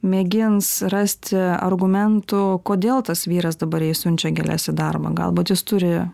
mėgins rasti argumentų kodėl tas vyras dabar jai siunčia gėles į darbą galbūt jis turi